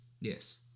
Yes